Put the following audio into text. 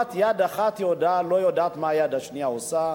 יד אחת כמעט לא יודעת מה היד השנייה עושה.